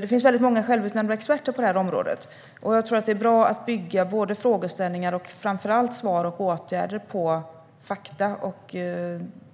Det finns många självutnämnda experter på området, och jag tror att det är bra att bygga både frågeställningar och framför allt svar och åtgärder på fakta.